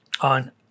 on